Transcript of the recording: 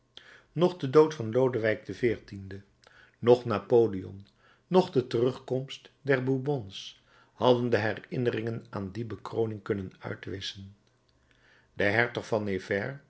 noch de dood van lodewijk xiv noch napoleon noch de terugkomst der bourbons hadden de herinnering aan die bekroning kunnen uitwisschen de hertog van